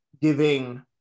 giving